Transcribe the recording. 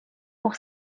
pour